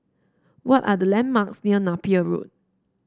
what are the landmarks near Napier Road